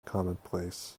commonplace